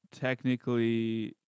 technically